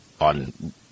on